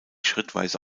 schrittweise